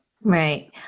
Right